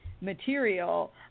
material